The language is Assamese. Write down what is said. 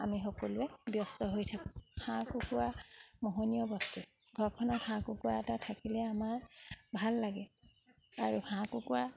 আমি সকলোৱে ব্যস্ত হৈ থাকোঁ হাঁহ কুকুৰা মোহনীয় ঘৰখনত হাঁহ কুকুৰা এটা থাকিলে আমাৰ ভাল লাগে আৰু হাঁহ কুকুৰা